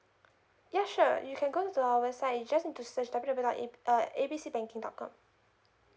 yeah sure you can go to our website you just need to search W W dot a~ uh A B C banking dot com